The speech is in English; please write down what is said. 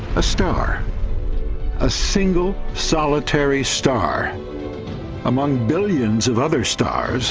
a star a single solitary star among billions of other stars